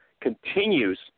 continues